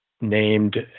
named